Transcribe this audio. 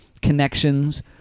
connections